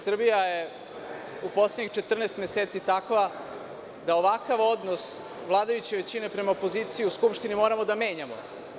Srbija je u poslednjih 14 meseci takva da ovakav odnos vladajuće većine prema opoziciji u Skupštini moramo da menjamo.